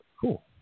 Cool